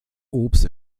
obst